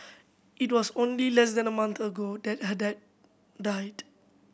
it was only less than a month ago that her dad died